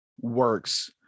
works